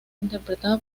interpretada